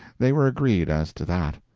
they were agreed as to that.